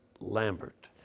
Lambert